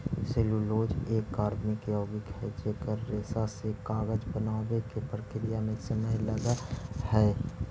cellulose एक कार्बनिक यौगिक हई जेकर रेशा से कागज बनावे के प्रक्रिया में समय लगऽ हई